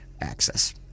access